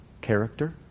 character